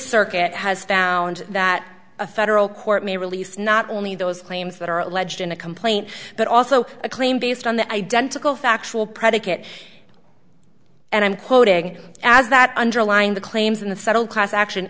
circuit has found that a federal court may release not only those claims that are alleged in a complaint but also a claim based on the identical factual predicate and i'm quoting as that underlined the claims in the settled class action